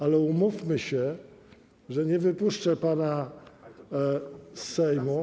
Ale umówmy się, że nie wypuszczę pana z Sejmu.